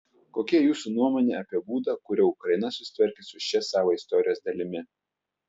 kokia jūsų nuomonė apie būdą kuriuo ukraina susitvarkė su šia savo istorijos dalimi